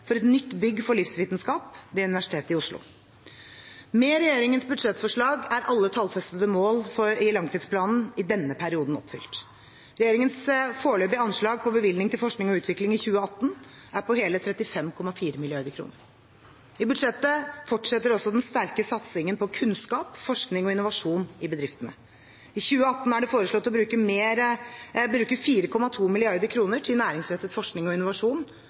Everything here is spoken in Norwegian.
for et nytt bygg for livsvitenskap ved Universitetet i Oslo. Med regjeringens budsjettforslag er alle tallfestede mål i langtidsplanen i denne perioden oppfylt. Regjeringens foreløpige anslag for bevilgning til forskning og utvikling i 2018 er på hele 35,4 mrd. kr. I budsjettet fortsetter også den sterke satsingen på kunnskap, forskning og innovasjon i bedriftene. I 2018 er det foreslått å bruke 4,2 mrd. kr mer til næringsrettet forskning og innovasjon